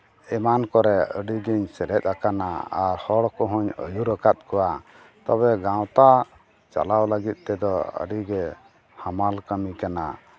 ᱮᱢᱟᱱ ᱠᱚᱨᱮ ᱟᱹᱰᱤᱜᱤᱧ ᱥᱮᱞᱮᱫ ᱟᱠᱟᱱᱟ ᱟᱨ ᱦᱚᱲ ᱠᱚᱦᱚᱧ ᱟᱹᱭᱩᱨᱟᱠᱟᱫ ᱠᱚᱣᱟ ᱛᱚᱵᱮ ᱜᱟᱶᱛᱟ ᱪᱟᱞᱟᱣ ᱞᱟᱹᱜᱤᱫ ᱛᱮᱫᱚ ᱟᱹᱰᱤᱜᱮ ᱦᱟᱢᱟᱞ ᱠᱟᱹᱢᱤ ᱠᱟᱱᱟ